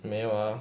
没有 ah